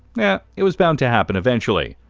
yeah it was bound to happen eventually.